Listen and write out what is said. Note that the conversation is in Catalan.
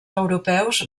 europeus